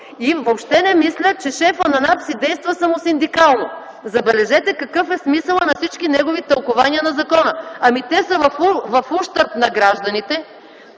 И въобще не мисля, че шефът на НАП си действа самосиндикално. Забележете какъв е смисълът на всички негови тълкувания на закона! Ами те са в ущърб на гражданите,